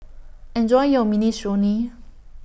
Enjoy your Minestrone